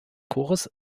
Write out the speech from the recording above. chores